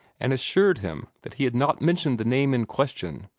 and assured him that he had not mentioned the name in question,